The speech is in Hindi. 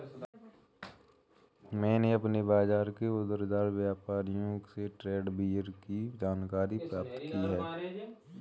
मैंने अपने बाज़ार के उमरदराज व्यापारियों से ट्रेड बैरियर की जानकारी प्राप्त की है